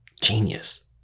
genius